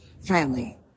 family